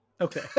Okay